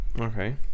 Okay